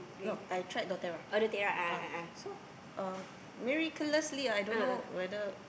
no I tried Doterra ah so um miraculously I don't know whether